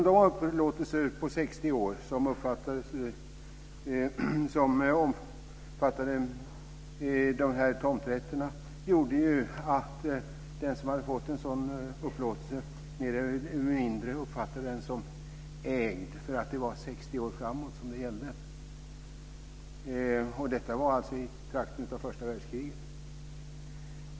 De upplåtelser på 60 år som omfattade tomträtterna gjorde att den som fått en sådan upplåtelse mer eller mindre uppfattade tomten som ägd, eftersom upplåtelsen gällde 60 år framåt. Detta var vid tiden för första världskriget.